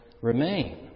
remain